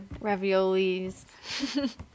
Raviolis